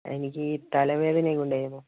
എനിക്ക് തലവേദനയുണ്ടായിരുന്നു